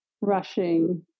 rushing